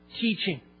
teaching